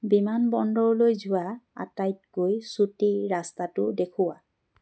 বিমানবন্দৰলৈ যোৱা আটাইতকৈ চুটি ৰাস্তাটো দেখুওৱা